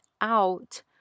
out